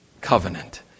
covenant